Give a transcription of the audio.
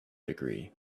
degree